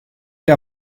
der